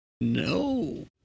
No